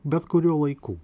bet kuriuo laiku